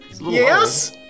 Yes